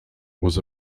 was